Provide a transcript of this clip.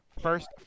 First